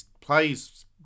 plays